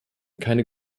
keine